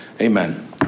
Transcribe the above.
amen